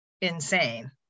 insane